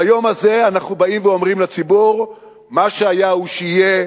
ביום הזה אנחנו באים ואומרים לציבור שמה שהיה הוא שיהיה,